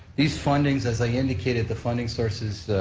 these fundings, as i indicated, the funding sources